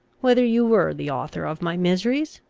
whether you were the author of my miseries,